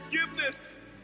forgiveness